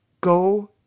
go